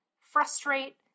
frustrate